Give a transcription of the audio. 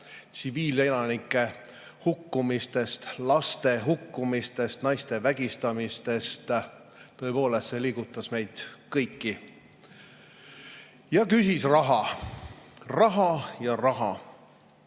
tsiviilelanike hukkumisest, laste hukkumisest, naiste vägistamisest. Tõepoolest, see liigutas meid kõiki. Küsis raha, raha ja raha.